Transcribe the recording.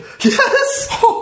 Yes